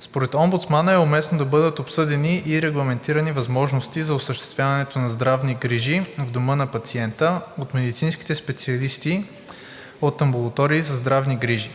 Според омбудсмана е уместно да бъдат обсъдени и регламентирани възможности за осъществяването на здравни грижи в дома на пациента от медицинските специалисти от амбулатории за здравни грижи.